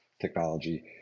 technology